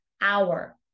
hour